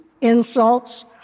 insults